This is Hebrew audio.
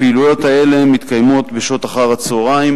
הפעילויות האלה מתקיימות בשעות אחר-הצהריים